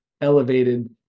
elevated